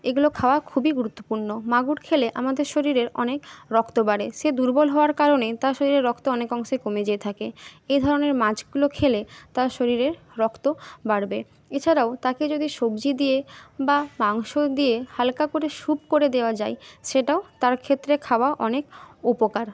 এগুলো খাওয়া খুবই গুরুত্বপূর্ণ মাগুর খেলে আমাদের শরীরের অনেক রক্ত বাড়ে সে দুর্বল হওয়ার কারণে তার শরীরে রক্ত অনেক অংশে কমে যেয়ে থাকে এ ধরনের মাছগুলো খেলে তার শরীরের রক্ত বাড়বে এছাড়াও তাকে যদি সবজি দিয়ে বা মাংস দিয়ে হালকা করে স্যুপ করে দেওয়া যায় সেটাও তার ক্ষেত্রে খাওয়া অনেক উপকার